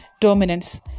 dominance